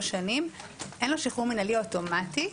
שנים אין לו שחרור מינהלי מורחב אוטומטי,